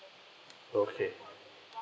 okay